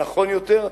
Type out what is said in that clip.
נכון יותר,